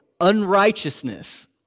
unrighteousness